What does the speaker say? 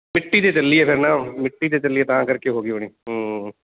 ਮਿੱਟੀ 'ਤੇ ਚੱਲੀ ਹੈ ਫਿਰ ਨਾ ਉਹ ਮਿੱਟੀ 'ਤੇ ਚੱਲੀ ਹੈ ਤਾਂ ਕਰਕੇ ਹੋ ਗਈ ਹੋਣੀ ਹੂੰ